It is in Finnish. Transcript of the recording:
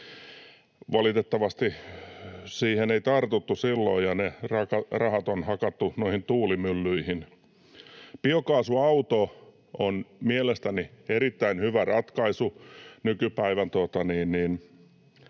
Valitettavasti siihen ei tartuttu silloin, ja ne rahat on hakattu noihin tuulimyllyihin. Biokaasuauto on mielestäni erittäin hyvä ratkaisu nykypäivän